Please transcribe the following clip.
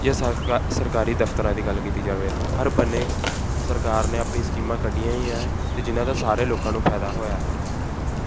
ਜਾ ਸਾਕਰ ਸਰਕਾਰੀ ਦਫਤਰਾਂ ਦੀ ਗੱਲ ਕੀਤੀ ਜਾਵੇ ਹਰ ਬੰਨੇ ਸਰਕਾਰ ਨੇ ਆਪਣੀ ਸਕੀਮਾਂ ਕੱਢੀਆਂ ਹੀ ਹੈ ਅਤੇ ਜਿਨ੍ਹਾਂ ਦਾ ਸਾਰੇ ਲੋਕਾਂ ਨੂੰ ਫਾਇਦਾ ਹੋਇਆ ਹੈ ਥੈਂਕ ਯੂ